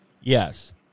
Yes